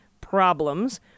problems